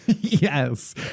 Yes